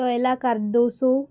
तोयेला Cardoso